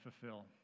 fulfill